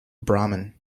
brahman